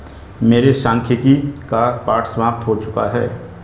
मेरे सांख्यिकी का पाठ समाप्त हो चुका है